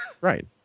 Right